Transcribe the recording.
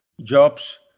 jobs